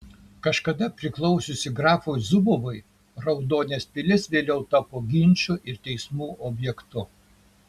kažkada priklausiusi grafui zubovui raudonės pilis vėliau tapo ginčų ir teismų objektu